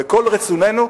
וכל רצוננו,